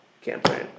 campaign